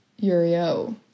Yurio